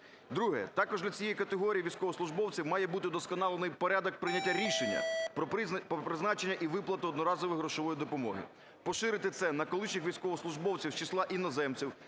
Друге. Також для цієї категорії військовослужбовців має бути вдосконалений порядок прийняття рішення про призначення і виплату одноразової грошової допомоги. Поширити це на колишніх військовослужбовців з числа іноземців